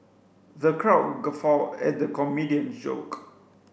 the crowd guffawed at the comedian's joke